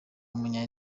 umunya